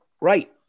Right